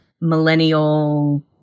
millennial